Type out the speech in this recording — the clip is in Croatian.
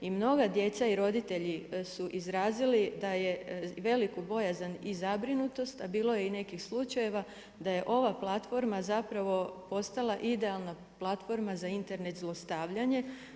I mnoga djeca i roditelji su izrazili da je veliko bojazan i zabrinutost, a bilo je i nekih slučajeva, da je ova platforma zapravo postala idealna platforma za Internet zlostavljanje.